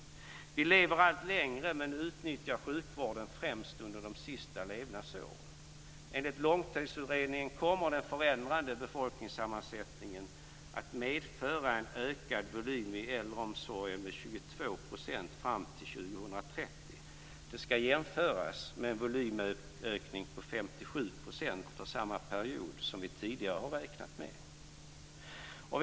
Vi lever allt längre men utnyttjar sjukvården främst under de sista levnadsåren. Enligt långtidsutredningen kommer den förändrade befolkningssammansättningen att medföra en ökad volym i äldreomsorgen med 22 % fram till 2030. Det ska jämföras med en volymökning på 57 %, som vi tidigare har räknat med, för samma period.